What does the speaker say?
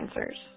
answers